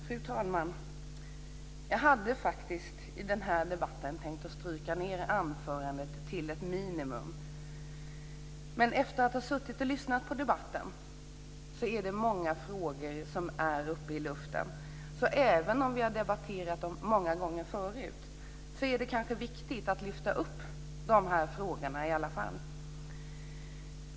Fru talman! Jag hade faktiskt i den här debatten tänkt stryka ned anförandet till ett minimum. Men efter att ha suttit och lyssnat på debatten tycker jag att många frågor är uppe i luften. Även om vi har debatterat dem många gånger förut är det kanske viktigt att ta upp dem i alla fall.